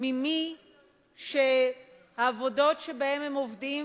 ממי שהעבודות שהם עובדים,